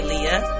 Leah